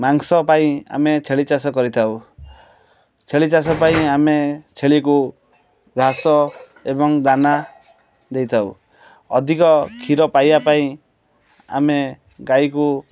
ମାଂସ ପାଇଁ ଆମେ ଛେଳି ଚାଷ କରିଥାଉ ଛେଳି ଚାଷ ପାଇଁ ଆମେ ଛେଳିକୁ ଘାସ ଏବଂ ଦାନା ଦେଇଥାଉ ଅଧିକ କ୍ଷୀର ପାଇବା ପାଇଁ ଆମେ ଗାଈକୁ